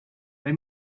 they